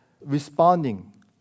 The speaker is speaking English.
responding